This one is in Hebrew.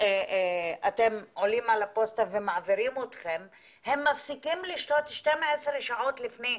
הם עולים על הפוסטה ומעבירים אותם הם מפסיקים לשתות 12 שעות לפני,